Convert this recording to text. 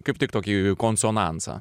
kaip tik tokį konsonansą